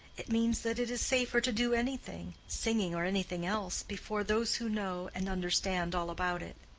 it means that it is safer to do anything singing or anything else before those who know and understand all about it.